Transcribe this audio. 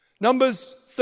Numbers